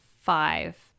five